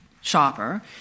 shopper